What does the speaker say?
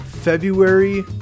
February